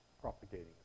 propagating